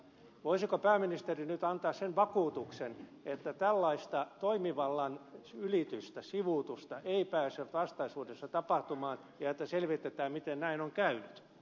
voisiko pääministeri nyt antaa sen vakuutuksen että tällaista toimivallan ylitystä sivuutusta ei pääse vastaisuudessa tapahtumaan ja että selvitetään miten näin on käynyt